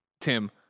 Tim